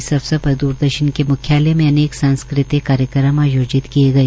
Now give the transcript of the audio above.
इस अवसर पर द्रदर्शन के म्ख्यालय में अनेक सांस्कृतिक कार्यक्रम आयोजित किए गए